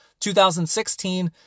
2016